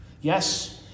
Yes